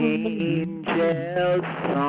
angels